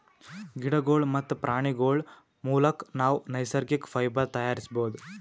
ಗಿಡಗೋಳ್ ಮತ್ತ್ ಪ್ರಾಣಿಗೋಳ್ ಮುಲಕ್ ನಾವ್ ನೈಸರ್ಗಿಕ್ ಫೈಬರ್ ತಯಾರಿಸ್ಬಹುದ್